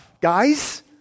Guys